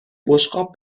بشقاب